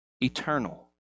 eternal